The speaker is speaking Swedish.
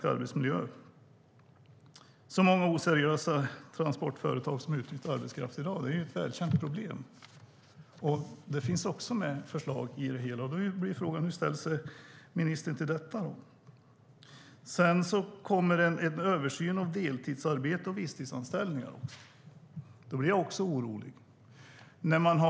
Det är ett välkänt problem att många oseriösa transportföretag utnyttjar arbetskraft i dag. Det finns också förslag om detta i Refit, och då blir frågan hur ministern ställer sig till detta. Sedan kommer en översyn av deltidsarbete och visstidsanställningar. Då blir jag också orolig.